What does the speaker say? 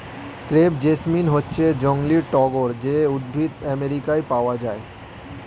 crepe jasmine হচ্ছে জংলী টগর যেই উদ্ভিদ আমেরিকায় পাওয়া যায়